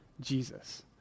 Jesus